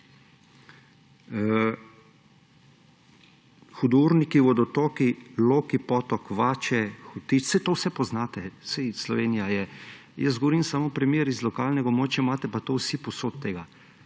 Hudourniku, vodotoki, Loki potok, Vače, Hotič, saj vse to poznate. Saj Slovenija je … Govorim samo primer iz lokalnega območja, imate pa to vsi povsod tega.